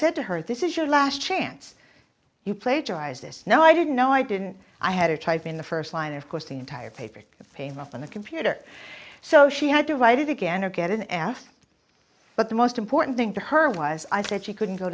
said to her this is your last chance you plagiarized this no i didn't know i didn't i had to type in the first line of course the entire paper payments on the computer so she had to write it again or get an f but the most important thing to her was i said she couldn't go